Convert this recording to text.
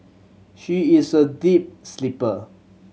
she is a deep sleeper